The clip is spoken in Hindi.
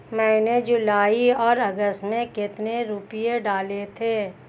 मैंने जुलाई और अगस्त में कितने रुपये डाले थे?